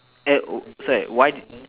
eh uh sorry why